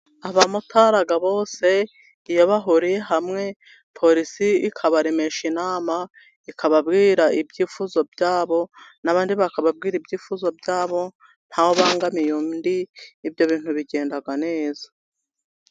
Abamotara bose iyo bahure hamwe, Porisi ikabaremesha inama, ikababwira ibyifuzo bya bo, n'abandi bakababwira ibyifuzo bya bo nta ubangamiye undi, ibyo bintu bigenda neza.